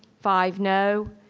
five no,